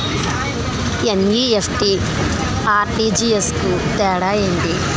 NEFT, RTGS కు తేడా ఏంటి?